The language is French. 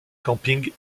camping